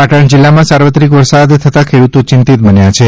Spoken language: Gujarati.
પાટણ જિલ્લામાં સાર્વત્રિક વરસાદ થતા ખેડૂતો ચિંતિત બન્યા છે